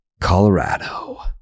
Colorado